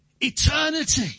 Eternity